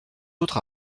autre